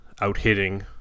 out-hitting